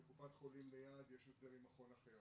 לקופת חולים ליד יש הסדר עם מכון אחר.